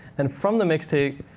and from the mix tape,